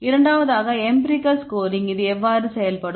இரண்டாவதாக empirical scoring இது எவ்வாறு செயல்படும்